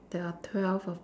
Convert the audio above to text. there are twelve of